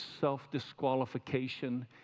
self-disqualification